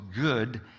good